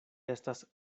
estas